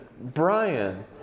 Brian